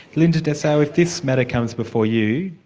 linda dessau, if this matter comes before you,